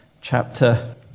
chapter